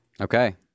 okay